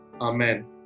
Amen